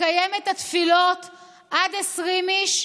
לקיים את התפילות עד 20 איש,